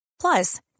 Plus